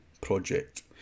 project